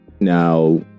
Now